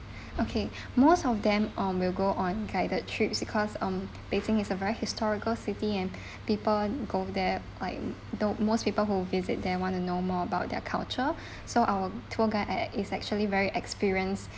okay most of them oh will go on guided trips because um beijing is a very historical city and people go there like do~ most people who visit there want to know more about their culture so our tour guide at is actually very experienced